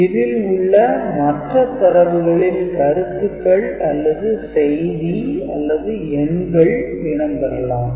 இதில் உள்ள மற்ற தரவுகளில் கருத்துக்கள் அல்லது செய்தி அல்லது எண்கள் இடம் பெறலாம்